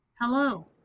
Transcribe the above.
hello